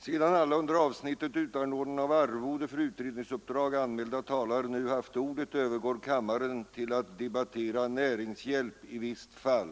Sedan alla under avsnittet Utanordnande av arvode m.m. för visst utredningsuppdrag anmälda talare nu haft ordet övergår kammaren till att debattera Näringshjälp i visst fall.